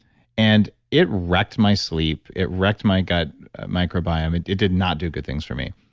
and it wrecked my sleep, it wrecked my gut microbiome, it it did not do good things for me.